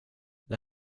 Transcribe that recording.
det